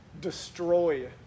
Destroy